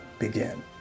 begin